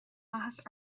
áthas